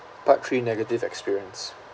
part three negative experience